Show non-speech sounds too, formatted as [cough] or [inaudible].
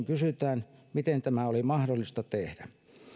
[unintelligible] kysytään miten tämä oli mahdollista tehdä